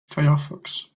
firefox